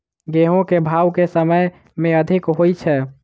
गेंहूँ केँ भाउ केँ समय मे अधिक होइ छै?